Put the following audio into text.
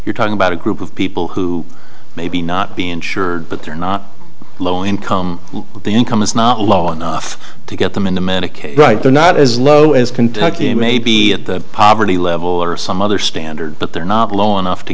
you're talking about a group of people who maybe not be insured but they're not low income the income is not low enough to get them in the manic right they're not as low as kentucky may be at the poverty level or some other standard but they're not low enough to